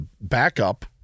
backup